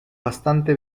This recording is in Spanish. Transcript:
bastante